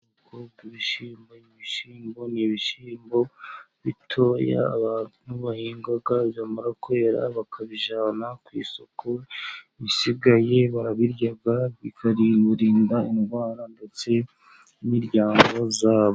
Ubwoko bw' ibishyimbo. Ni ibishyimbo bitoya, abantu bahinga, byamara kwera, bakabijyana ku isoko. Ibisigaye barabirya bikaririnda indwara ndetse n'imiryango yabo.